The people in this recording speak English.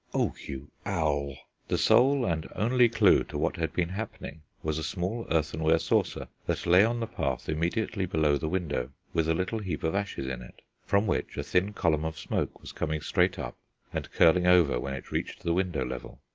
o you owl! the sole and only clue to what had been happening was a small earthenware saucer that lay on the path immediately below the window, with a little heap of ashes in it, from which a thin column of smoke was coming straight up and curling over when it reached the window level.